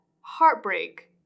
heartbreak